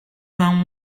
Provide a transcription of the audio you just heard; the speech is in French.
vingt